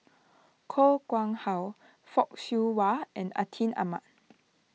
Koh Nguang How Fock Siew Wah and Atin Amat